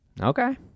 Okay